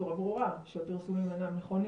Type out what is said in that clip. בצורה ברורה שהפרסומים אינם נכונים,